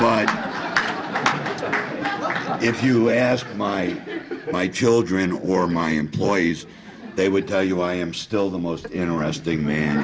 but if you ask my my children or my employees they would tell you i am still the most interesting man